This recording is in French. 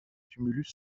tumulus